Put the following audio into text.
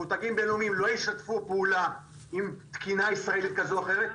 מותגים בינלאומיים לא ישתפו פעולה עם תקינה ישראלית כזו או אחרת.